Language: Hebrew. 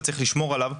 וצריך לשמור עליו,